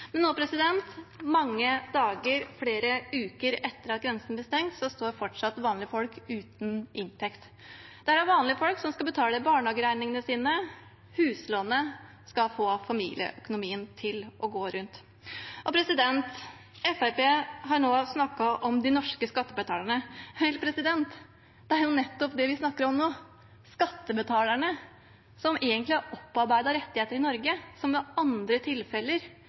Nå, mange dager og flere uker etter at grensen ble stengt, står fortsatt vanlige folk uten inntekt. Det er vanlige folk som skal betale barnehageregningene sine og huslånet og få familieøkonomien til å gå rundt. Fremskrittspartiet har nå snakket om de norske skattebetalerne. Det er jo nettopp det vi snakker om nå – skattebetalerne som egentlig har opparbeidet rettigheter i Norge, og som i andre tilfeller